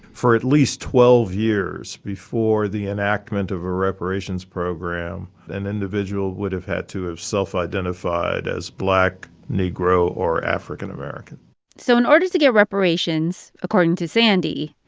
for at least twelve years before the enactment of a reparations program, an individual would've had to have self-identified as black, negro or african american so in order to get reparations, according to sandy,